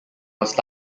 was